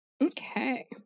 Okay